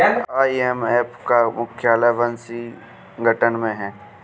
IMF का मुख्यालय Washington में है